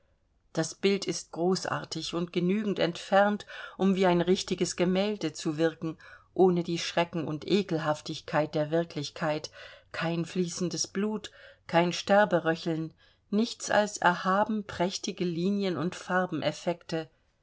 das bild ist großartig und genügend entfernt um wie ein richtiges gemälde zu wirken ohne die schrecken und ekelhaftigkeiten der wirklichkeit kein fließendes blut kein sterberöcheln nichts als erhaben prächtige linien und